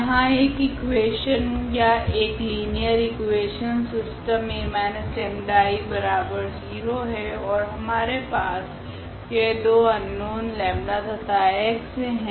यहाँ एक इकुवेशन या एक लिनियर इकुवेशनस सिस्टम 𝐴−𝜆𝐼0 है ओर हमारे पास यह दो अननोन 𝜆 तथा x है